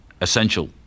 essential